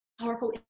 powerful